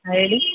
ಹಾಂ ಹೇಳಿ